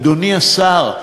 אדוני השר,